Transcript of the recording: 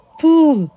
pool